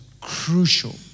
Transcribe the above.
crucial